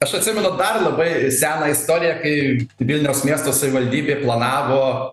aš atsimenu dar labai seną istoriją kai vilniaus miesto savivaldybė planavo